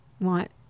want